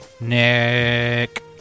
Nick